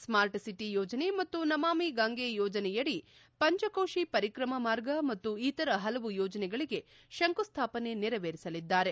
start city ಯೋಜನೆ ಮತ್ತು ನಮಾಮಿ ಗಂಗೆ ಯೋಜನೆಯಡಿ ಪಂಚಕೋಷಿ ಪರಿಕ್ರಮ ಮಾರ್ಗ ಮತ್ತು ಇತರ ಪಲವು ಯೋಜನೆಗಳಿಗೆ ಶಂಕುಸ್ಥಾಪನೆ ನೆರವೇರಿಸಲಿದ್ದಾರೆ